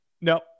No